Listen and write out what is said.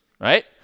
right